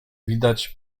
widać